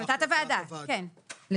כן, החלטת הוועדה.